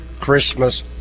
Christmas